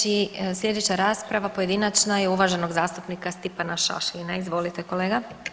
Slijedeći, slijedeća rasprava pojedinačna je uvaženog zastupnika Stipana Šašlina, izvolite kolega.